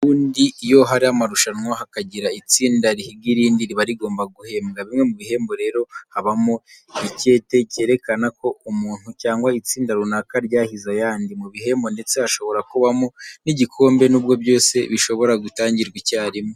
Ubundi iyo hari amarushanwa, hakagira itsinda rihiga irindi riba rigomba guhembwa. Bimwe mu bihembo rero habamo icyete kerekana ko umuntu cyangwa itsinda runaka ryahize ayandi. Mu bihembo ndetse hashobora kubamo n'igikombe nubwo byose bishobora gutangirwa icyarimwe.